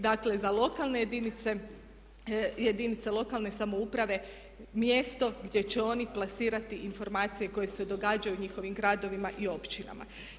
Dakle, za lokalne jedinice, jedinice lokalne samouprave mjesto gdje će oni plasirati informacije koje se događaju u njihovim gradovima i općinama.